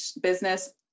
business